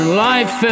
life